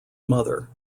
mother